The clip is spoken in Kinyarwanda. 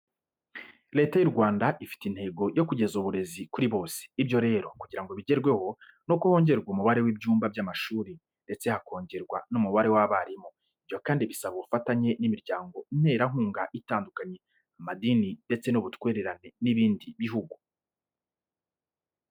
Leta y'u Rwanda ifite intego yo kugeza uburezi kuri bose, ibyo rero kugira ngo bigerweho, nuko hongerwa umubare w'ibyumba by'amashuri ndetse hakongerwa n'umubare w'abarimu. Ibyo kandi bisaba ubufatanye n'imiryango nterankunga itandukanye, amadini ndetse n'ubutwererane n'ibindi bihugu.